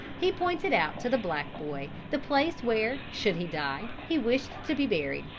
he pointed out to the black boy the place where, should he die, he wished to be buried.